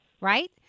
right